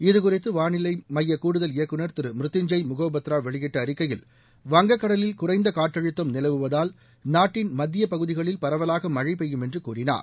இதுகுறித்து வானிலை மைய கூடுதல் இயக்குநர் திரு மிருத்துன்ஜேய் முகோபத்ரா வெளியிட்ட அறிக்கையில் வங்க கடலில் குறைந்த காற்றழுத்தம் நிலவுவதால் நாட்டின் மத்திய பகுதிகளில் பரவலாக மழை பெய்யும் என்று கூறினார்